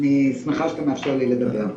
אני שמחה שאתה מאפשר לי לדבר.